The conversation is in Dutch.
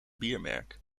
biermerk